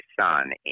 son